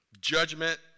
judgment